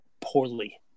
poorly